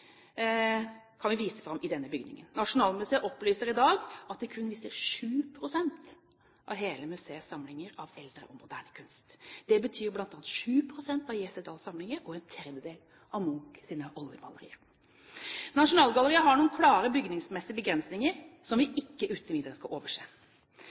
kan vi vise fram i denne bygningen. Nasjonalmuseet opplyser i dag at de kun viser 7 pst. av hele museets samlinger av eldre og moderne kunst. Det betyr bl.a. 7 pst. av I.C. Dahls samlinger og en tredjedel av Munchs oljemalerier. Nasjonalgalleriet har noen klare bygningsmessige begrensninger som vi